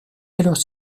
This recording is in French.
alors